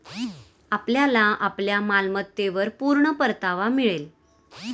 आपल्याला आपल्या मालमत्तेवर पूर्ण परतावा मिळेल